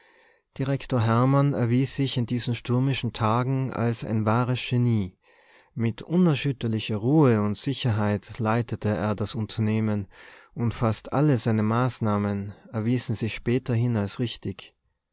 hermann erwies sich in diesen stürmischen tagen als ein wahres genie mit unerschütterlicher ruhe und sicherheit leitete er das unternehmen und fast alle seine maßnahmen erwiesen sich späterhin als richtig